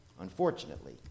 unfortunately